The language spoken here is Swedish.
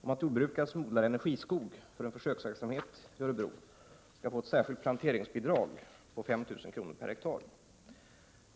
om att jordbrukare som odlar energiskog för en försöksverksamhet i Örebro skall få ett särskilt planteringsbidrag på 5 000 kr. per hektar.